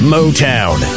Motown